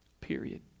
Period